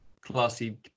classy